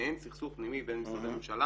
במעין סכסוך פנימי בין משרדי ממשלה